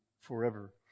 forever